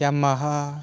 Yamaha